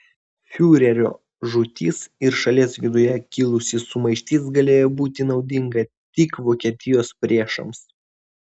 fiurerio žūtis ir šalies viduje kilusi sumaištis galėjo būti naudinga tik vokietijos priešams